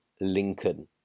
Lincoln